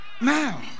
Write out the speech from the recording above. now